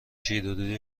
شیرودی